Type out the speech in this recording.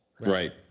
Right